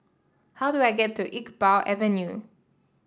how do I get to Iqbal Avenue